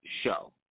show